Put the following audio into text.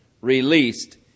released